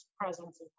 presence